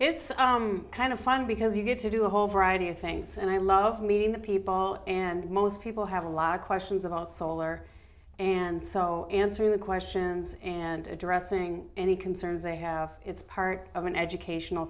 it's kind of fun because you get to do a whole variety of things and i love meeting the people and most people have a lot of questions about solar and so answering the questions and addressing any concerns they have it's part of an educational